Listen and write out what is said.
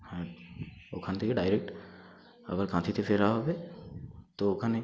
হ্যাঁ ওখান থেকে ডিরেক্ট আবার কাঁথিতে ফেরা হবে তো ওখানে